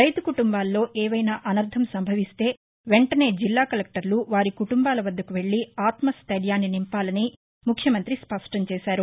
రైతు కుటుంబాల్లో ఏవైనా అసర్థం సంభవిస్తే వెంటనే జిల్లా కలెక్టర్లు వారి కుటుంబాల వద్దకు వెళ్ళి ఆత్మస్థెర్యాన్ని నింపాలని స్పష్టంచేశారు